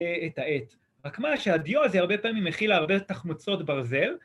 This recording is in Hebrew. ‫את העט. רק מה, שהדיו הזה ‫הרבה פעמים מכילה הרבה תחמוצות ברזל.